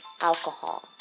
alcohol